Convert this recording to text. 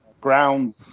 ground